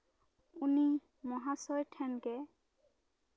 ᱩᱱᱤ ᱢᱚᱦᱟᱥᱚᱭ ᱴᱷᱮᱱ ᱜᱮ